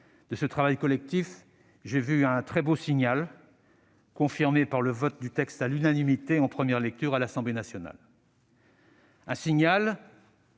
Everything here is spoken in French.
de la société civile, j'ai vu un très beau signal, confirmé par le vote du texte à l'unanimité en première lecture à l'Assemblée nationale. Un signal